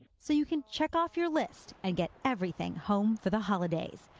so you can check off your list and get everything home for the holidays.